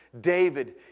David